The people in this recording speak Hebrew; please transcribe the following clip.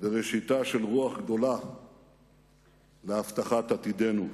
וראשיתה של רוח גדולה להבטחת עתידנו.